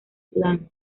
sudán